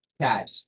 Cash